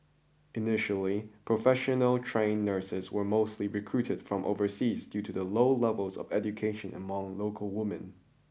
initially professional trained nurses were mostly recruited from overseas due to the low levels of education among local women